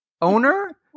owner